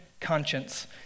conscience